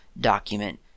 document